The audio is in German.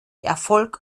erfolg